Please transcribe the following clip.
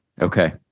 Okay